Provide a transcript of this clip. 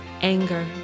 Anger